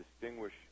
distinguish